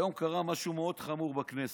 היום קרה משהו מאוד חמור בכנסת.